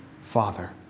father